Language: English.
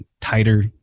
tighter